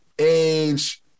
age